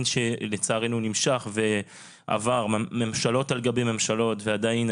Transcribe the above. שלצערנו נמשך ועבר ממשלות על גבי ממשלות ועדיין,